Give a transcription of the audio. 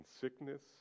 sickness